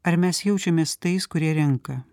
ar mes jaučiamės tais kurie renka